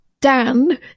Dan